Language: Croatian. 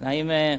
Naime,